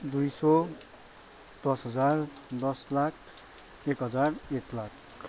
दुई सौ दस हजार दस लाख एक हजार एक लाख